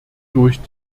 durch